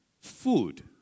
food